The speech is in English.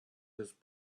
his